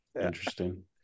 Interesting